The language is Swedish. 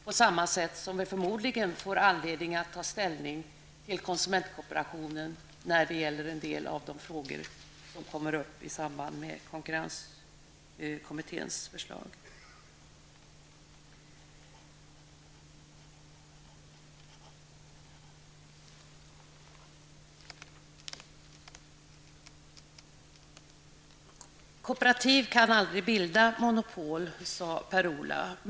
På samma sätt kommer vi förmodligen att få ta ställning till konsumentkooperationen när det gäller en del av de frågor som kommer upp i samband med konkurrenskommitténs förslag. Kooperativ kan aldrig bilda monopol, sade Per-Ola Eriksson.